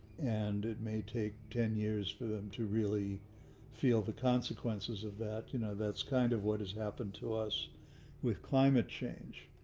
and it may take ten years for them to really feel the consequences of that, you know, that's kind of what has happened to us with climate change.